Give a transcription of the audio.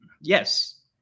yes